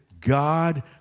God